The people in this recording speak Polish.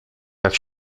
jak